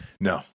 No